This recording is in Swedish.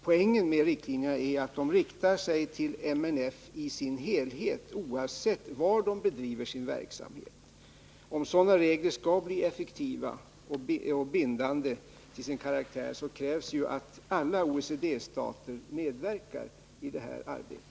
Poängen med riktlinjerna är att de riktar sig till alla multinationella företag, oavsett var de har sin verksamhet. Om sådana regler skall bli effektiva och bindande till sin karaktär krävs att alla OECD-stater medverkar i det här avseendet.